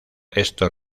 esto